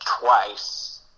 twice